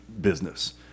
business